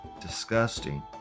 Disgusting